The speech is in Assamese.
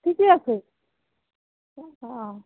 ঠিকে আছে অঁ অঁ